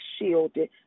shielded